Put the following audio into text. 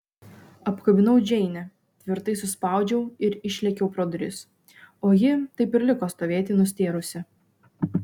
apkabinau džeinę tvirtai suspaudžiau ir išlėkiau pro duris o ji taip ir liko stovėti nustėrusi